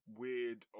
weird